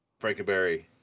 Frankenberry